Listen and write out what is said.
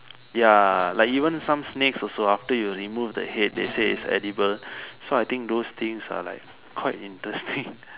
ya like even some snakes also after you remove the head they say it's edible so I think those things are also quite interesting